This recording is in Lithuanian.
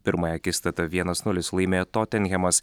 pirmąją akistatą vienas nulis laimėjo totenhemas